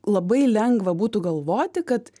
labai lengva būtų galvoti kad